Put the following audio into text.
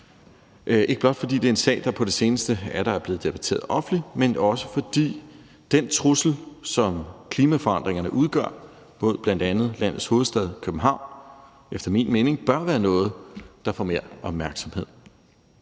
ikke blot fordi det er en sag, der på det seneste atter er blevet debatteret offentligt, men også fordi den trussel, som klimaforandringerne udgør mod bl.a. landets hovedstad, København, efter min mening bør være noget, der får mere opmærksomhed.